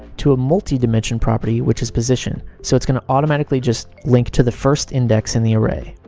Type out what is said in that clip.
to a multi-dimension property, which is position. so, it's going to automatically just link to the first index in the array.